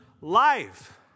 life